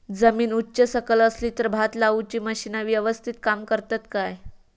जमीन उच सकल असली तर भात लाऊची मशीना यवस्तीत काम करतत काय?